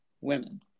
women